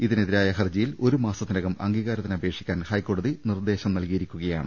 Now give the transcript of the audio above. ഇതിനെതിരായ ഹർജിയിൽ ഒരു മാസത്തിനകം അംഗീ കാരത്തിന് അപേക്ഷിക്കാൻ ഹൈക്കോടതി നിർദ്ദേശം നൽകിയിരിക്കുകയാണ്